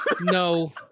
No